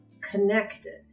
connected